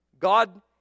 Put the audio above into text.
God